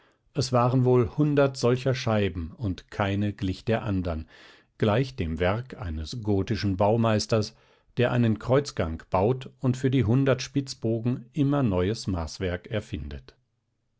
es waren wohl hundert solcher scheiben und keine glich der anderen gleich dem werk eines gotischen baumeisters der einen kreuzgang baut und für die hundert spitzbogen immer neues maßwerk erfindet